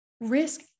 risk